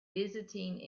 visiting